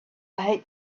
hate